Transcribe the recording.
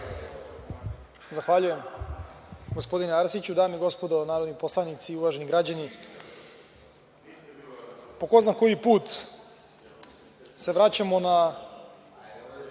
Zahvaljujem, gospodine Arsiću. Dame i gospodo narodni poslanici, uvaženi građani, po ko zna koji put se vraćamo na